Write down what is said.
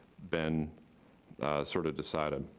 been sort of decided.